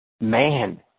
Man